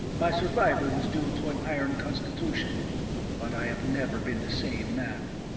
my survival was due to an iron constitution but i have never been the same man.